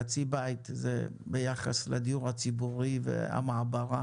חצי בית זה ביחס לדיור הציבורי והמעברה,